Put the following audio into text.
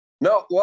No